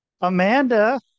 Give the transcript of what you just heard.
Amanda